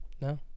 No